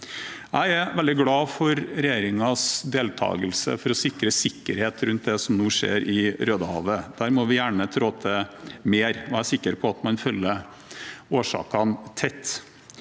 Jeg er veldig glad for regjeringens deltakelse i å sikre sikkerhet rundt det som nå skjer i Rødehavet. Der må vi gjerne trå til mer, og jeg sikker på at man følger årsakene tett.